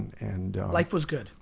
and life was good.